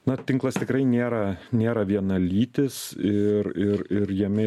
na tinklas tikrai nėra nėra vienalytis ir ir ir jame